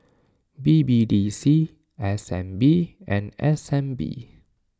B B D C S N B and S N B